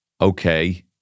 okay